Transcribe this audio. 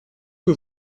que